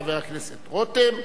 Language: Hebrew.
חבר הכנסת רותם,